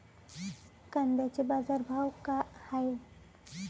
कांद्याचे बाजार भाव का हाये?